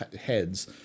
heads